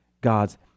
God's